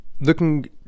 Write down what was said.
Looking